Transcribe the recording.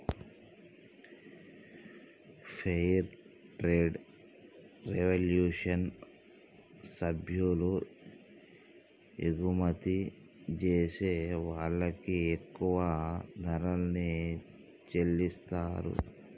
fair trade revolution సభ్యులు ఎగుమతి జేసే వాళ్ళకి ఎక్కువ ధరల్ని చెల్లిత్తారు